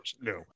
No